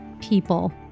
people